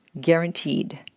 guaranteed